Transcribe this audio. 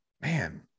man